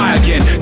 again